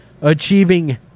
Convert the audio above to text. achieving